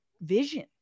vision